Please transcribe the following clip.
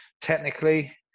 technically